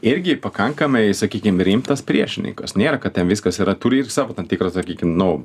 irgi pakankamai sakykim rimtas priešininkas nėra kad ten viskas yra turi ir savo tam tikrą sakykim nu